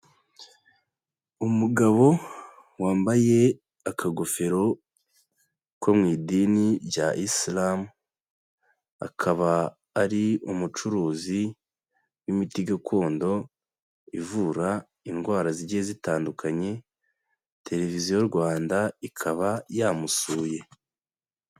Umugabo wambaye akagofero ko mu idini rya Islam, akaba ari umucuruzi w'imiti gakondo ivura indwara zigiye zitandukanye, televiziyo Rwanda ikaba yamusuye.